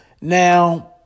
Now